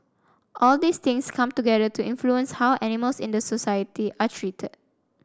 all these things come together to influence how animals in the society are treated